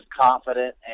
confident